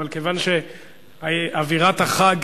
אבל כיוון שאווירת החג,